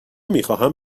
میخواهم